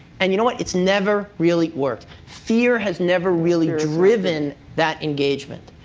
and you know what? it's never really worked. fear has never really driven that engagement.